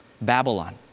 Babylon